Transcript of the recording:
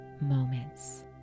moments